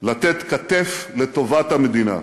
לתת כתף לטובת המדינה.